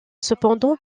cependant